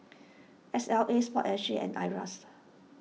S L A Sport S G and Iras